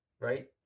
right